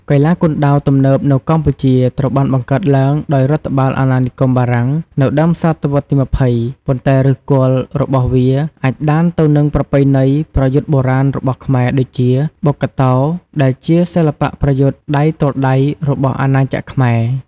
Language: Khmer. កីឡាគុនដាវទំនើបនៅកម្ពុជាត្រូវបានបង្កើតឡើងដោយរដ្ឋបាលអាណានិគមបារាំងនៅដើមសតវត្សទី២០ ប៉ុន្តែឫសគល់របស់វាអាចដានទៅនឹងប្រពៃណីប្រយុទ្ធបុរាណរបស់ខ្មែរដូចជា បុក្កតោ ដែលជាសិល្បៈប្រយុទ្ធដៃទល់ដៃរបស់អាណាចក្រខ្មែរ។